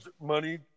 money